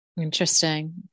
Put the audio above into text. Interesting